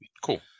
Cool